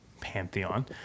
pantheon